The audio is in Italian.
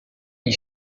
gli